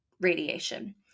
radiation